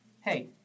hey